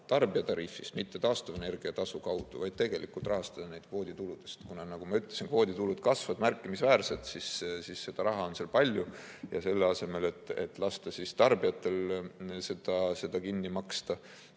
tarbijatariifist, mitte taastuvenergia tasu kaudu, vaid rahastada neid kvoodituludest. Kuna, nagu ma ütlesin, kvooditulud kasvavad märkimisväärselt, siis seda raha on seal palju ja selle asemel, et lasta tarbijatel seda kinni maksta,